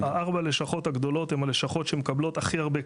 ארבע הלשכות הגדולות הן הלשכות שמקבלות הכי הרבה,